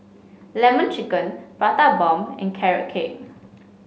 lemon chicken Prata Bomb and Carrot Cake